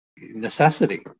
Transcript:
necessity